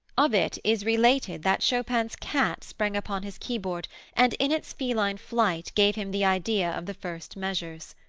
of it is related that chopin's cat sprang upon his keyboard and in its feline flight gave him the idea of the first measures.